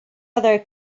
other